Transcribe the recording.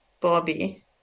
bobby